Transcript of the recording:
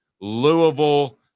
Louisville